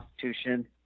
Constitution